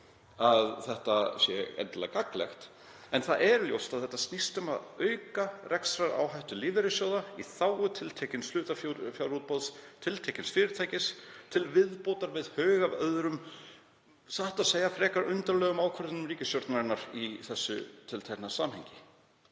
það sé endilega gagnlegt en það er ljóst að það snýst um að auka rekstraráhættu lífeyrissjóða í þágu tiltekins hlutafjárútboðs tiltekins fyrirtækis til viðbótar við haug af öðrum, satt að segja undarlegum ákvörðunum ríkisstjórnarinnar í þessu tiltekna samhengi.